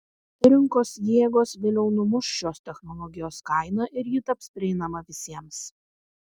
rinkos jėgos vėliau numuš šios technologijos kainą ir ji taps prieinama visiems